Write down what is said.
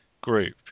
group